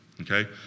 Okay